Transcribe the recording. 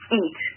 eat